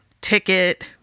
ticket